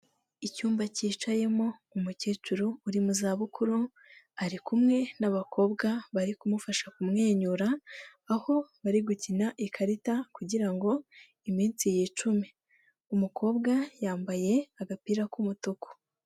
Icyumba cyicayemo umukecuru uri mu zabukuru, ari kumwe n'abakobwa bari kumufasha kumwenyura, aho bari gukina ikarita kugira ngo iminsi yicume, umukobwa yambaye agapira k'umutuku.